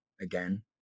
again